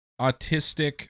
Autistic